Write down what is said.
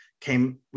came